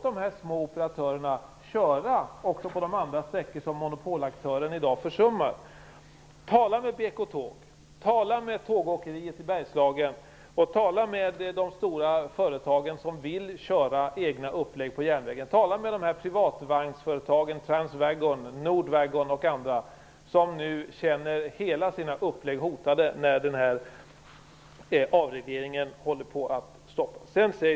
Det innebär att glesbygden är hotad. Mats Odell säger att vi skall låta de små företagen köra. Ja visst, och faktum är att flera små företag redan kör. Men det finns ingen garanti för att dessa företag skulle kunna fortleva och fungera vid en avreglering. Det är nämligen så att trafiken på många av småsträckorna bygger på ett samarbete med SJ.